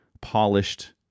polished